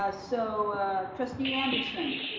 ah so trustee anderson.